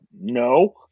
no